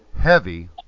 Heavy